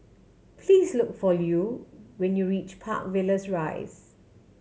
please look for Lew when you reach Park Villas Rise